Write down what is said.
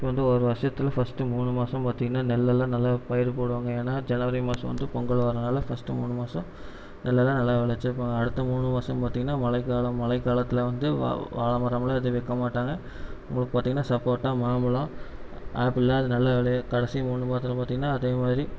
இப்போ வந்து ஒரு வருஷத்தில் ஃபர்ஸ்ட்டு மூணு மாதம் பார்த்தீங்கன்னா நெல்லல்லாம் நல்லா பயிர் போடுவாங்க ஏன்னா ஜனவரி மாதம் வந்து பொங்கல் வரதுனால ஃபர்ஸ்ட்டு மூணு மாதம் நெல்லல்லாம் நல்லா விளைச்சல் அடுத்த மூணு மாதம் பார்த்தீங்கன்னா மழைக்காலம் மழைக்காலத்தில் வந்து வாழைமரம்லா எதுவும் வைக்க மாட்டாங்க அப்புறம் பார்த்தீங்கன்னா சப்போட்டா மாம்பழம் ஆப்பிள்லாம் அது நல்லா விளையும் கடைசி மூணு மாதத்துல பார்த்தீங்கன்னா அதே மாதிரி